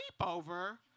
sleepover